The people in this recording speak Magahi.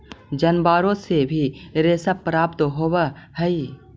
जनावारो से भी रेशा प्राप्त होवऽ हई